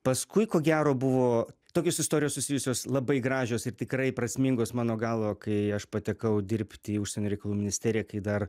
paskui ko gero buvo tokios istorijos susijusios labai gražios ir tikrai prasmingos mano galva kai aš patekau dirbti į užsienio reikalų ministeriją kai dar